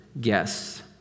guests